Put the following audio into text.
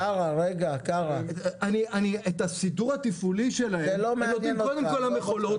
את הסידור התפעולי שלהם הם נותנים קודם כל למכולות,